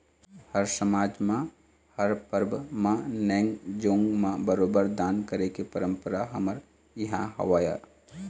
हर समाज म हर परब म नेंग जोंग म बरोबर दान करे के परंपरा हमर इहाँ हवय